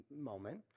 moment